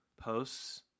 posts